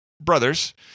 brothers